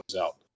out